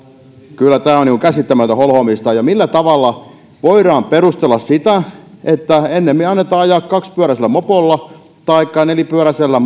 kyllä tämä on käsittämätöntä holhoamista ja millä tavalla voidaan perustella sitä että ennemmin annetaan ajaa kaksipyöräisellä mopolla taikka nelipyöräisellä